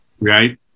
right